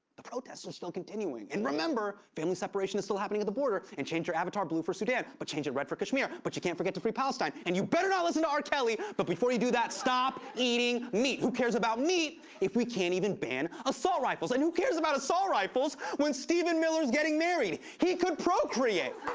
the protests are still continuing. and remember! family separation is still happening at the border. and change your avatar blue for sudan, but change it red for kashmir. but you can't forget to free palestine. and you better not listen to r. kelly, but before you do that, stop eating meat. who cares about meat if we can't even ban assault rifles? and who cares about assault rifles when stephen miller's getting married? he could procreate!